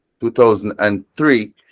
2003